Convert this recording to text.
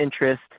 interest